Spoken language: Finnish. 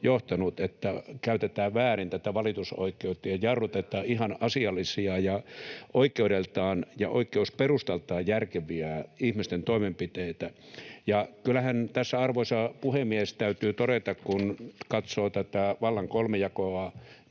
että käytetään väärin tätä valitusoikeutta [Petri Huru: Juuri näin!] ja jarrutetaan ihan asiallisia ja oikeudeltaan ja oikeusperustaltaan järkeviä ihmisten toimenpiteitä. Ja kyllähän tässä, arvoisa puhemies, täytyy todeta, kun katsoo tätä vallan kolmijakoa